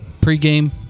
pregame